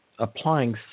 applying